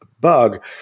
bug